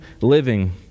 living